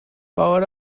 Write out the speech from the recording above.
power